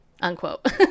unquote